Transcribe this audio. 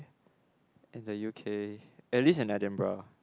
in the U_K at least in Edinburgh